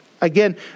Again